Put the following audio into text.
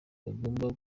bagomba